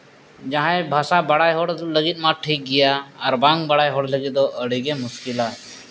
ᱡᱟᱦᱟᱸ ᱵᱷᱟᱥᱟ ᱵᱟᱲᱟᱭ ᱦᱚᱲ ᱞᱟᱹᱜᱤᱫ ᱢᱟ ᱴᱷᱤᱠ ᱜᱮᱭᱟ ᱟᱨ ᱵᱟᱝ ᱵᱟᱲᱟᱭ ᱦᱚᱲ ᱞᱟᱹᱜᱤᱫ ᱫᱚ ᱟᱹᱰᱤᱜᱮ ᱢᱩᱥᱠᱤᱞᱟ